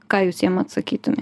ką jūs jiem atsakytumėt